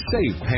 Safe